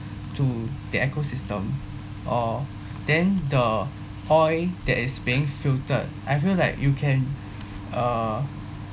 to the ecosystem or then the oil that is being filtered I feel like you can uh